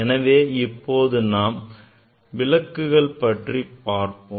எனவே இப்போது நாம் விளக்குகள் பற்றி பார்ப்போம்